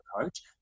coach